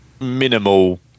minimal